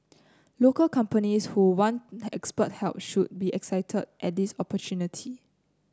local companies who want expert help should be excited at this opportunity